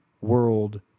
world